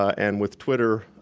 and with twitter,